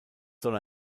soll